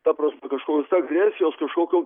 ta prasme kažkokios agresijos kažkokio